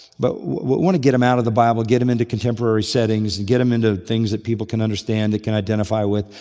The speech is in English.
but want to get them out of the bible, get them into contemporary settings and get them into things that people can understand, can identify with.